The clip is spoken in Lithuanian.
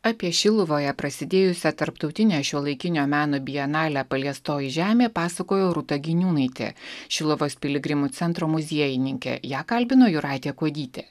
apie šiluvoje prasidėjusią tarptautinę šiuolaikinio meno bienalę paliestoji žemė pasakojo rūta giniūnaitė šiluvos piligrimų centro muziejininkė ją kalbino jūratė kuodytė